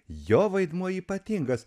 jo vaidmuo ypatingas